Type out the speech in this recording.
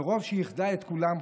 מרוב שהיא איחדה את כולם,